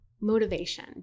motivation